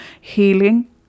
healing